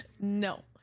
no